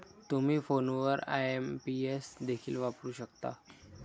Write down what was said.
तुम्ही फोनवर आई.एम.पी.एस देखील वापरू शकता